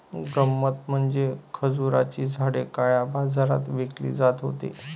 गंमत म्हणजे खजुराची झाडे काळ्या बाजारात विकली जात होती